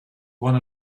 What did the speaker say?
one